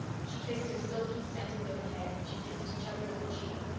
she kissed his silky, scented little head, she kissed his chubby little cheek,